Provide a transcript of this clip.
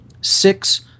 Six